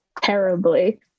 terribly